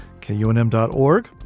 kunm.org